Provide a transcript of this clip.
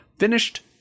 Finished